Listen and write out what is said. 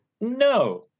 No